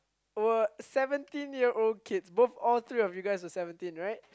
were seventeen year old kids both all three of you guys are seventeen right